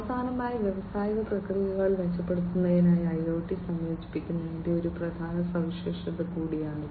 അവസാനമായി വ്യാവസായിക പ്രക്രിയകൾ മെച്ചപ്പെടുത്തുന്നതിനായി IoT സംയോജിപ്പിക്കുന്നതിന്റെ ഒരു പ്രധാന സവിശേഷത കൂടിയാണിത്